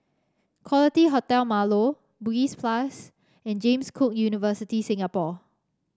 Quality Hotel Marlow Bugis Plus and James Cook University Singapore